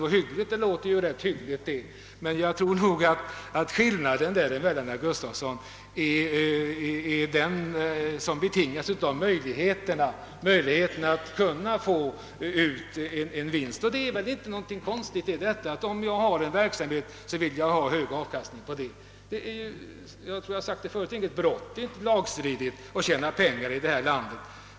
Ordet hygglig låter onekligen hyggligt, men skillnaden mellan de två begreppen är den som betingas av möjligheterna att kunna ta ut en vinst. Det är väl inte så konstigt att man vill ha hög avkastning av sin verksamhet. Det är inte lagstridigt här i landet att tjäna pengar.